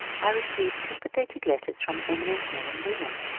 i received sympathetic letters from emi nent men and women,